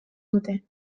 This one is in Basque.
dute